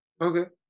Okay